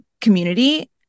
community